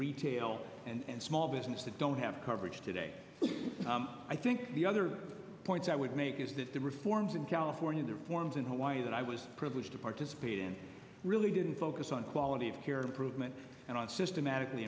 retail and small business that don't have coverage today i think the other point i would make is that the reforms in california the reforms in hawaii that i was privileged to participate in really didn't focus on quality of care improvement and on systematically